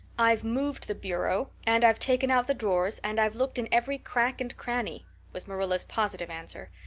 i've moved the bureau and i've taken out the drawers and i've looked in every crack and cranny was marilla's positive answer.